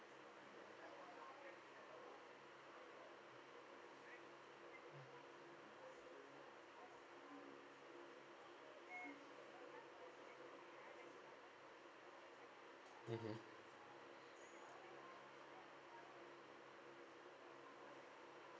mm mmhmm